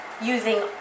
using